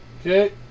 Okay